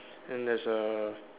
then there's a